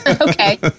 Okay